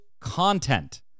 content